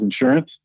insurance